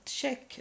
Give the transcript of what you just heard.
check